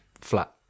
flat